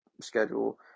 schedule